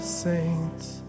saints